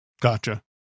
gotcha